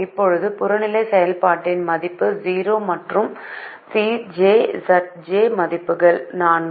இப்போது புறநிலை செயல்பாட்டின் மதிப்பு 0 மற்றும் Cj Zj மதிப்புகள் 4